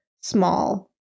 small